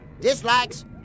Dislikes